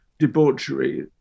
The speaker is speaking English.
debauchery